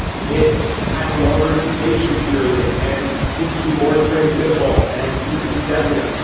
it has a longer incubation period and seems to be more transmittable and seems to be deadlier.